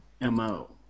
MO